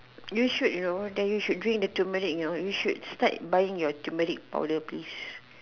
you should you know then you should drink the turmeric you know you should start buying your turmeric powder please